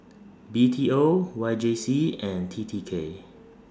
B T O Y J C and T T K